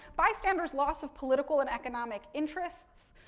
bystanders loss of political and economic interests,